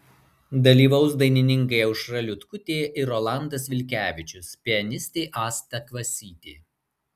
dalyvaus dainininkai aušra liutkutė ir rolandas vilkevičius pianistė asta kvasytė